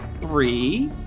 three